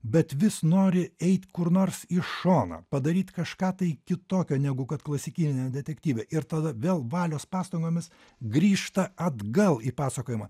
bet vis nori eit kur nors į šoną padaryt kažką tai kitokio negu kad klasikiniame detektyve ir tada vėl valios pastangomis grįžta atgal į pasakojimą